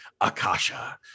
Akasha